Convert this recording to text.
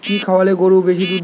কি খাওয়ালে গরু বেশি দুধ দেবে?